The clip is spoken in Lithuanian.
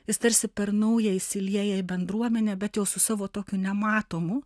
jis tarsi per nauja įsilieja į bendruomenę bet jau su savo tokiu nematomu